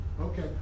Okay